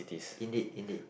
indeed indeed